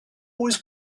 always